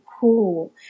cool